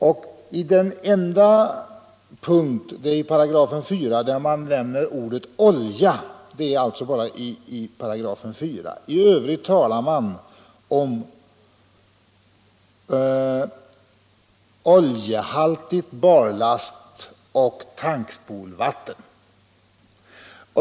På en enda punkt — det är i 4 §— förekommer ordet olja. I övrigt talas det om ol jehaltigt barlastoch tankspolvatten.